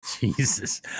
jesus